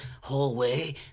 hallway